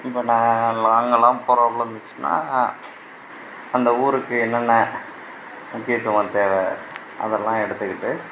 இப்போ நான் நாங்கெல்லாம் போறாப்ல இருந்துச்சுன்னால் அந்த ஊருக்கு என்னென்ன முக்கியத்துவம் தேவை அதெல்லாம் எடுத்துக்கிட்டு